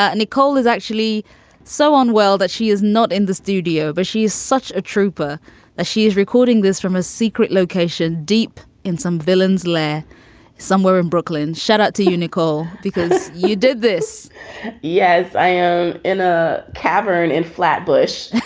ah nicole is actually so unwell that she is not in the studio, but she's such a trooper as ah she is recording this from a secret location deep in some villain's lair somewhere in brooklyn. shut up to unical because you did this yes, i am in a cavern in flatbush